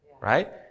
right